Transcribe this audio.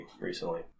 recently